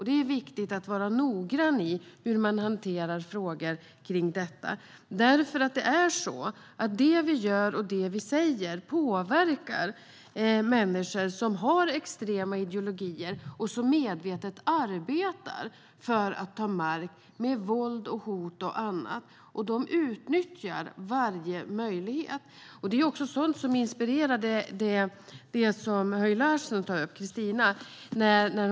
Det är viktigt att vara noggrann med hur man hanterar frågor kring detta, för det är så att det vi gör och det vi säger påverkar människor som har extrema ideologier och som medvetet arbetar för att ta mark med våld och hot. De utnyttjar varje möjlighet. Det var också sådant som inspirerade i det fall som Christina Höj Larsen tog upp.